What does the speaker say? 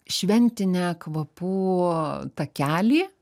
šventinę kvapų takelį